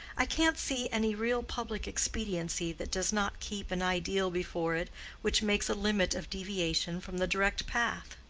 i can't see any real public expediency that does not keep an ideal before it which makes a limit of deviation from the direct path.